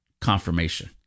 confirmation